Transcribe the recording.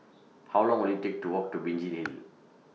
How Long Will IT Take to Walk to Binjai Hill